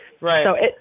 Right